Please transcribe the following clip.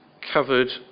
covered